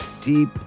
deep